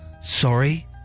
Sorry